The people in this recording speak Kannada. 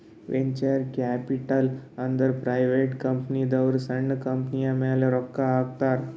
ವೆಂಚರ್ ಕ್ಯಾಪಿಟಲ್ ಅಂದುರ್ ಪ್ರೈವೇಟ್ ಕಂಪನಿದವ್ರು ಸಣ್ಣು ಕಂಪನಿಯ ಮ್ಯಾಲ ರೊಕ್ಕಾ ಹಾಕ್ತಾರ್